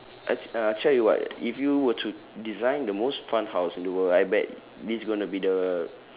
I t~ uh I tell you what if you were to design the most fun house in the world I bet this gonna be the